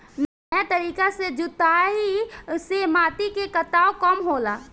नया तरीका के जुताई से माटी के कटाव कम होला